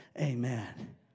Amen